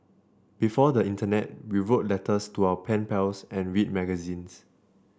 before the internet we wrote letters to our pen pals and read magazines